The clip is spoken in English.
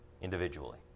individually